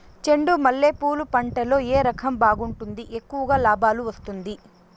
చెండు మల్లె పూలు పంట లో ఏ రకం బాగుంటుంది, ఎక్కువగా లాభాలు వస్తుంది?